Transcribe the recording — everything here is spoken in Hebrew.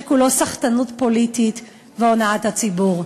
שכולו סחטנות פוליטית והונאת הציבור.